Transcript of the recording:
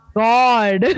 god